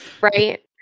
right